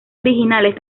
originales